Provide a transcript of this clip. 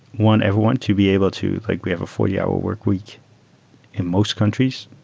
want everyone to be able to like we have a forty hour workweek in most countries,